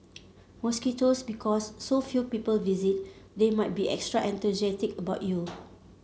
mosquitoes because so few people visit they might be extra enthusiastic about you